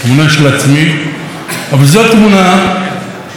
אבל זו תמונה שאני מאוד גאה בה,